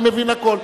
אני מבין הכול.